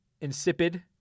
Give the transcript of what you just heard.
insipid